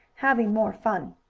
having more fun.